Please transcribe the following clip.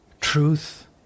Truth